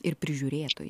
ir prižiūrėtojai